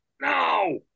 no